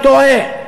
הוא טועה.